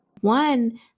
one